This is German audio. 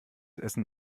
essen